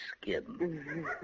skin